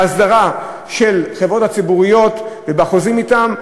בהסדרה של החברות הציבוריות ובחוזים אתם,